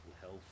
health